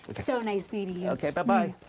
so nice meeting you. okay, buh-bye!